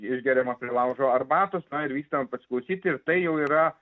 išgeriama prie laužo arbatos na ir vykstam pasiklausyti ir tai jau yra